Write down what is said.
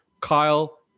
Kyle